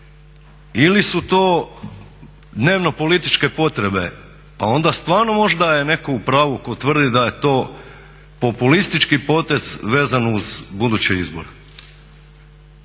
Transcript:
ili su to dnevno-političke potrebe, pa onda stvarno možda je netko u pravu tko tvrdi da je to populistički potez vezan uz buduće izbore.